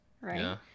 right